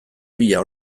bila